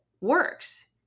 works